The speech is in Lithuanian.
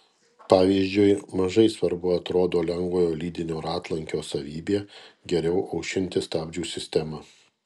pavyzdžiui mažai svarbu atrodo lengvojo lydinio ratlankio savybė geriau aušinti stabdžių sistemą